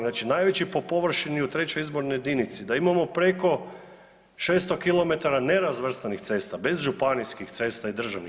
Znači, najveći po površini u trećoj izbornoj jedinici, da imamo preko 600 km nerazvrstanih cesta, bez županijskih cesta i državnih.